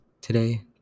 today